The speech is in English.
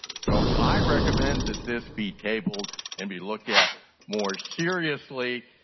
so i recommend that this be tabled and be looked at more seriously,